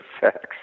sex